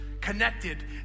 connected